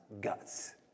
guts